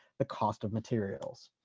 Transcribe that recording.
the cost of materials.